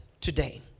today